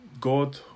God